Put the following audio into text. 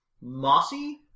mossy